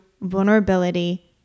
vulnerability